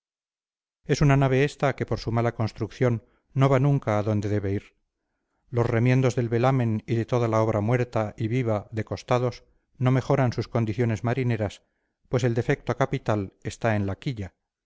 es una nave esta que por su mala construcción no va nunca a donde debe ir los remiendos de velamen y de toda la obra muerta y viva de costados no mejoran sus condiciones marineras pues el defecto capital está en la quilla